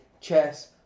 chess